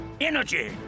energy